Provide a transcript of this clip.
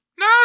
No